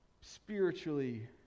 spiritually